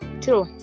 Two